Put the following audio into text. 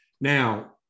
Now